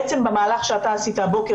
בעצם במהלך שאתה עשית הבוקר,